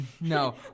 No